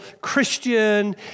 Christian